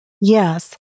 Yes